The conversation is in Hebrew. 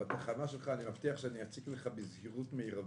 אני מבטיח שאני אציק לך בזהירות מרבית,